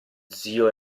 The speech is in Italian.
zio